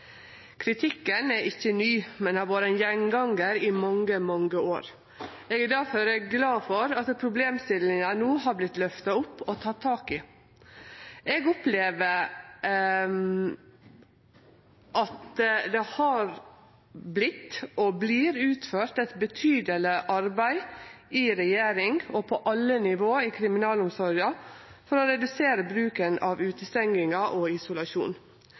Kritikken er ikkje ny, men har vore ein gjengangar i mange, mange år. Eg er difor glad for at problemstillinga no har vorte løfta opp og teke tak i. Eg opplever at det har vorte og vert utført eit betydeleg arbeid i regjeringa og på alle nivå i kriminalomsorga for å redusere bruken av utestenging og isolasjon.